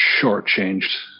shortchanged